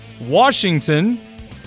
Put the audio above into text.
Washington